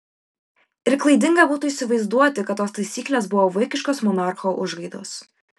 ir klaidinga būtų įsivaizduoti kad tos taisyklės buvo vaikiškos monarcho užgaidos